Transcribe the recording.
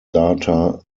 data